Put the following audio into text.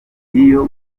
iyo